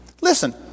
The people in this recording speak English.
listen